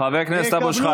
הם יקבלו את כל נחת זרוענו.